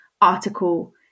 article